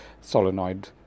solenoid